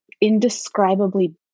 indescribably